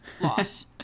loss